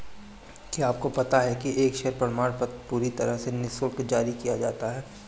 क्या आपको पता है एक शेयर प्रमाणपत्र पूरी तरह से निशुल्क जारी किया जाता है?